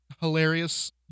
hilarious